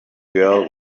girl